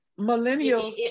Millennials